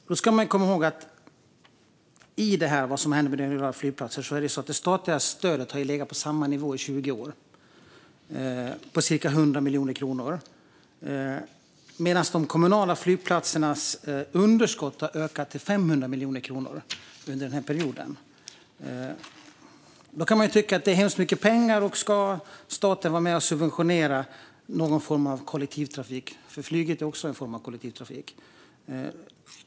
Man ska komma ihåg att det statliga stödet till regionala flygplatser, ca 100 miljoner kronor, har legat på samma nivå i 20 år, medan de kommunala flygplatsernas underskott har ökat till 500 miljoner kronor under samma period. Man kan tycka att det är hemskt mycket pengar och undra om staten ska vara med och subventionera någon form av kollektivtrafik, för flyget är också en form av kollektivtrafik.